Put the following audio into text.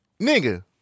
nigga